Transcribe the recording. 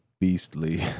Beastly